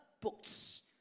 books